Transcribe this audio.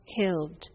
killed